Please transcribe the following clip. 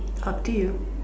up to you